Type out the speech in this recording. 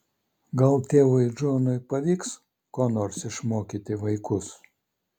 gal tėvui džonui pavyks ko nors išmokyti vaikus